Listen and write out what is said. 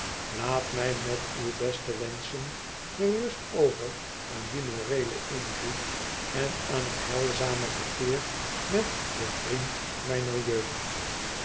laat mij met uwe beste wenschen gerust over aan dien moreelen invloed en aan het heilzame verkeer met den vriend mijner jeugd